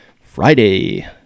Friday